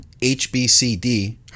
HBCD